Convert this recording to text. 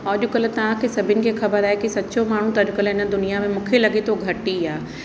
और अॼु कल्ह तव्हां खे सभिनि खे ख़बर आहे कि सचो माण्हू त अॼु कल्ह हिन दुनियां में मूंखे लॻे थो घटि ई आहे